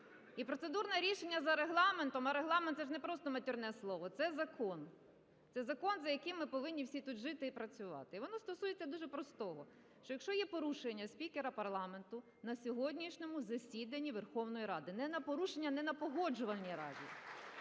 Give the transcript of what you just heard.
І процедурне рішення за Регламентом. А Регламент – це ж не просто матерне слово, це закон. Це закон, за яким ми повинні всі тут жити і працювати. І воно стосується дуже простого – що якщо є порушення спікера парламенту на сьогоднішньому засіданні Верховної Ради, порушення не на Погоджувальній раді.